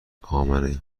امنه